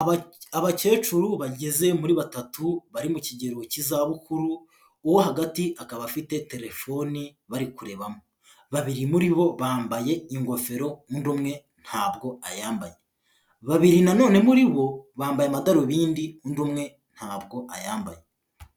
Abakecuru bageze muri batatu bari mu kigero cy'izabukuru, uwo hagati akaba afite telefoni bari kurebamo, babiri muri bo bambaye ingofero undi umwe ntabwo ayambaye, babiri nanone muri bo, bambaye amadarubindi, undi umwe ntabwo ayambaye.